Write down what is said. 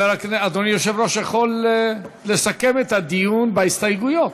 אדוני היושב-ראש יכול לסכם את הדיון בהסתייגויות,